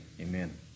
Amen